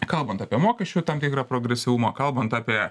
kalbant apie mokesčių tam tikrą progresyvumą kalbant apie